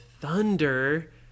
thunder